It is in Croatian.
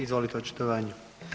Izvolite očitovanje.